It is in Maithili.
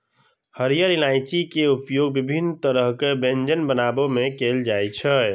हरियर इलायची के उपयोग विभिन्न तरहक व्यंजन बनाबै मे कैल जाइ छै